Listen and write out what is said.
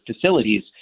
facilities